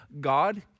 God